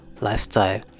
lifestyle